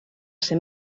ser